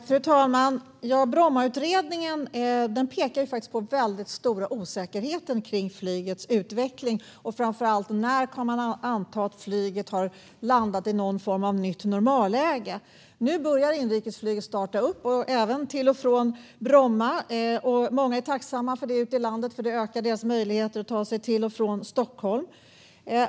Fru talman! Brommautredningen pekar ju faktiskt på väldigt stora osäkerheter kring flygets utveckling, framför allt när det gäller frågan när man kan anta att flyget har landat i någon form av nytt normalläge. Nu börjar inrikesflyget starta upp igen, även till och från Bromma. Många ute i landet är tacksamma för det, för det ökar deras möjligheter att ta sig till och från Stockholm.